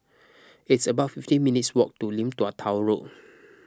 it's about fifteen minutes' walk to Lim Tua Tow Road